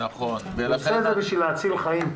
הוא עושה את זה בשביל להציל חיים.